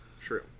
true